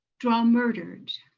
draw murdered.